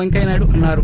పెంకయ్యనాయుడు అన్నారు